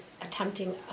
attempting